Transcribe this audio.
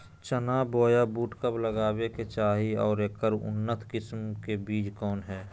चना बोया बुट कब लगावे के चाही और ऐकर उन्नत किस्म के बिज कौन है?